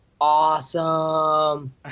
awesome